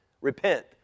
Repent